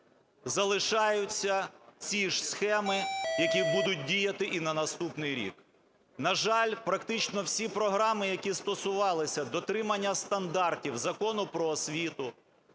залишаються ці ж схеми, які будуть діяти і на наступний рік. На жаль, практично всі програми, які стосувалися дотримання стандартів Закону "Про освіту",